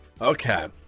Okay